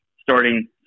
Starting